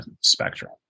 spectrum